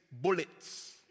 bullets